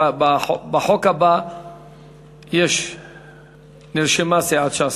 בחוק הבא נרשמה סיעת ש"ס,